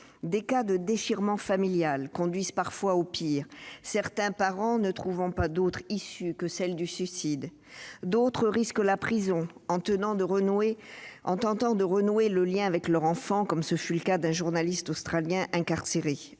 Des cas de déchirement familial conduisent parfois au pire, certains parents ne trouvant pas d'autre issue que celle du suicide. D'autres risquent la prison en essayant de renouer le lien avec leur enfant, comme ce fut le cas d'un journaliste australien incarcéré